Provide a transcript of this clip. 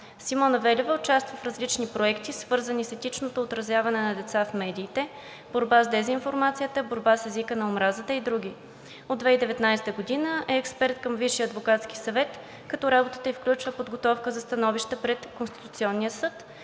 Симона Велева участва в различни проекти, свързани с етичното отразяване на деца в медиите, борба с дезинформацията, борба с езика на омразата и други. От 2019 г. е експерт към Висшия адвокатски съвет, като работата ѝ включва подготовка на становища пред Конституционния съд,